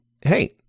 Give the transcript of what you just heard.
hey